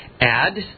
add